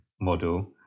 model